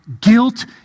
guilt